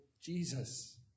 Jesus